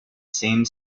same